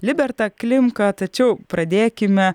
libertą klimką tačiau pradėkime